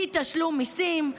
אי-תשלום מיסים,